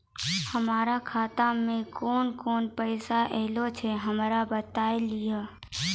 हमरो खाता मे केना केना रुपैया ऐलो छै? हमरा बताय लियै?